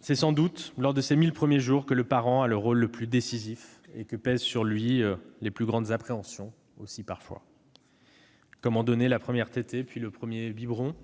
c'est sans doute lors de ces 1 000 premiers jours que le parent a le rôle le plus décisif et que pèsent parfois sur lui les plus grandes appréhensions : comment donner la première tétée, puis le premier biberon ?